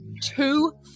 two